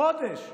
חודש,